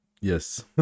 yes